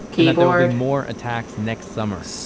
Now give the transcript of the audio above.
and that there will be more attacks next summer.